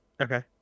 Okay